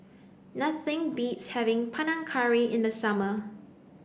nothing beats having Panang Curry in the summer